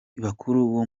bakuru